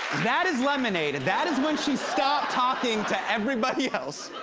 that is lemonade. and that is when she stopped talking to everybody else.